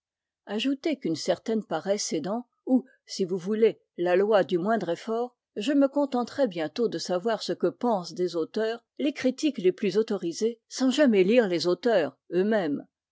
ajoutez qu'une certaine paresse aidant ou si vous voulez la loi du moindre effort je me contenterai bientôt de savoir ce que pensent des auteurs les critiques les plus autorisés sans jamais lire les auteurs eux-mêmes